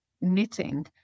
knitting